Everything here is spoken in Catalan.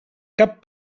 cap